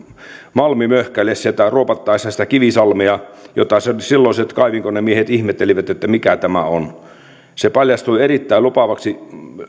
malmimöhkäle ruopattaessa sitä kivisalmea niin silloiset kaivinkonemiehet ihmettelivät mikä tämä on se paljastui erittäin lupaavaksi